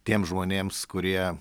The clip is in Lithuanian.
tiem žmonėms kurie